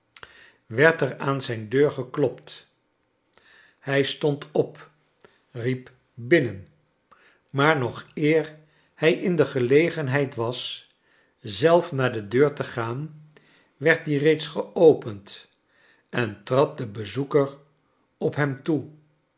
werd er aan zijn deur geklopt hij stond op riep binnen maar nog eer hij in de gelegenheid was zelf naar de deur te gaan werd die reeds geopend en trad de bezoeker op hem toe